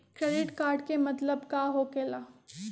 Credit card के मतलब का होकेला?